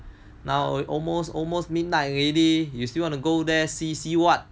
now almost almost midnight already you still want to go there see see [what]